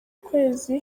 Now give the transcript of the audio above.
kwezi